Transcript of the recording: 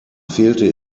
fehlte